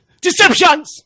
Deceptions